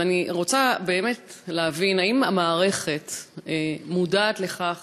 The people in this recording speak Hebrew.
אבל אני רוצה באמת להבין: האם המערכת מודעת לכך